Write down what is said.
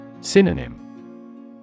Synonym